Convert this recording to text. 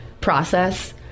process